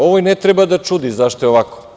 Ovo i ne treba da čudi, zašto je ovako.